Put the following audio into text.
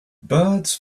birds